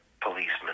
policeman